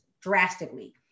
drastically